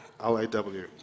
L-A-W